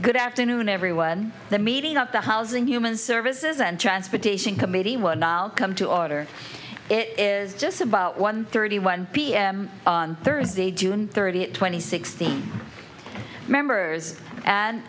good afternoon everyone the meeting of the housing human services and transportation committee would all come to order it is just about one thirty one p m on thursday june thirtieth twenty sixteen members and